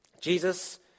Jesus